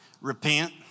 Repent